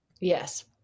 Yes